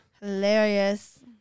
Hilarious